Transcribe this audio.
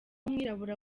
umwirabura